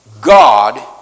God